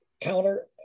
counter